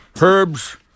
Herb's